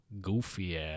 Goofy